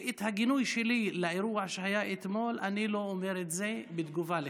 ואת הגינוי שלי לאירוע שהיה אתמול אני לא אומר בתגובה לך.